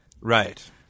Right